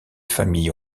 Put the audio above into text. familles